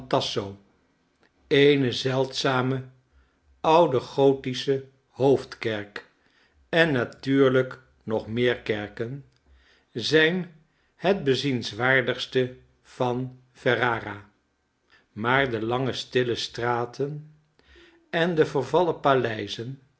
eene zeldzame oude gothische hoofdkerk en natuurlijk nog meer kerken zijn het bezienswaardigste van f e r r ar a maar de lange stille straten en de vervallen paleizen